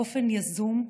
באופן ייזום,